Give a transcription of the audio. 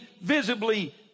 visibly